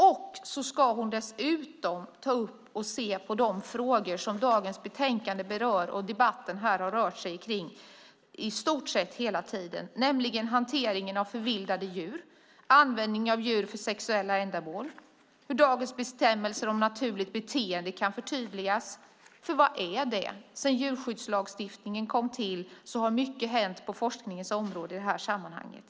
Dessutom ska hon ta upp och se närmare på de frågor som dagens betänkande berör och som debatten här har rört sig kring i stort sett hela tiden, nämligen hanteringen av förvildade djur, användning av djur för sexuella ändamål och hur dagens bestämmelser om naturligt beteende kan förtydligas, för vad är det? Sedan djurskyddslagstiftningen kom till har mycket hänt på forskningens område i det här sammanhanget.